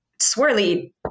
swirly